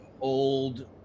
old